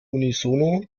unisono